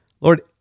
Lord